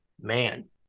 Man